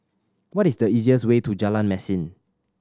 what is the easiest way to Jalan Mesin